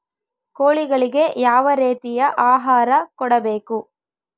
ಕೋಳಿಗಳಿಗೆ ಯಾವ ರೇತಿಯ ಆಹಾರ ಕೊಡಬೇಕು?